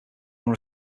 were